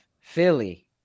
Philly